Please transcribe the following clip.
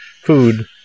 food